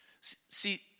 See